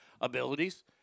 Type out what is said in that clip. abilities